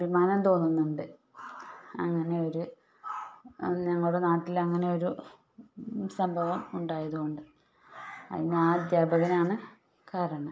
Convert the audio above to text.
അഭിമാനം തോന്നുന്നുണ്ട് അങ്ങനെ ഒരു ഞങ്ങളെ നാട്ടിൽ അങ്ങനെ ഒരു സംഭവം ഉണ്ടായത് കൊണ്ട് അതിന് ആ അദ്ധ്യാപകനാണ് കാരണം